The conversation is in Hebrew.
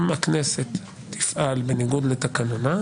אם הכנסת תפעל בניגוד לתקנונה,